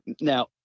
now